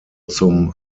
zum